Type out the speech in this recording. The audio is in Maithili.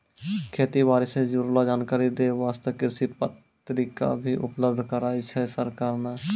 खेती बारी सॅ जुड़लो जानकारी दै वास्तॅ कृषि पत्रिका भी उपलब्ध कराय छै सरकार नॅ